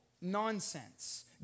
nonsense